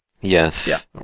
Yes